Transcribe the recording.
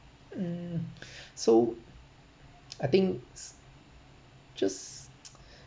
mm so I think s~ just